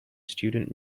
student